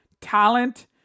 talent